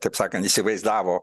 taip sakan įsivaizdavo